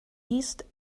east